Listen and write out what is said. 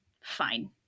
fine